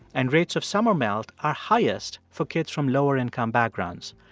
and rates of summer melt are highest for kids from lower-income backgrounds,